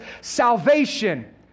salvation